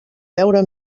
veure